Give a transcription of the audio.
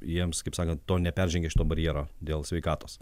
jiems kaip sakant to neperžengė šito barjero dėl sveikatos